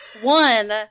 One